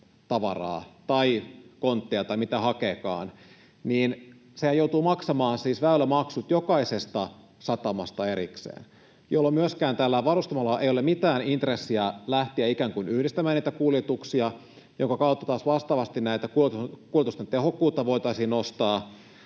tavaraa tai kontteja tai mitä hakeekaan, se joutuu maksamaan väylämaksut jokaisesta satamasta erikseen, jolloin myöskään tällä varustamolla ei ole mitään intressiä lähteä ikään kuin yhdistämään näitä kuljetuksia, minkä kautta taas vastaavasti näiden kuljetusten tehokkuutta voitaisiin nostaa,